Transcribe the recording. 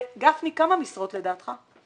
וגפני, כמה משרות לדעתך?